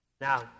Now